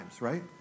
right